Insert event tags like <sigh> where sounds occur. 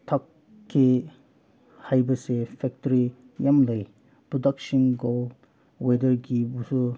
<unintelligible> ꯍꯥꯏꯕꯁꯦ ꯐꯦꯛꯇ꯭ꯔꯤ ꯃꯌꯥꯝ ꯂꯩ ꯄ꯭ꯔꯗꯛꯁꯤꯡꯒꯤ ꯋꯦꯗꯔꯒꯤꯕꯨꯁꯨ